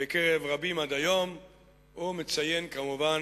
בקרב רבים עד היום ומציין, כמובן,